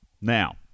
Now